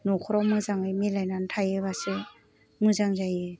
न'खराव मोजाङै मिलायनानै थायोबासो मोजां जायो